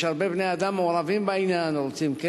יש הרבה בני-אדם שמעורבים בעניין, רוצים כן